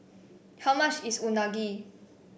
how much is unagi